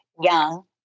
young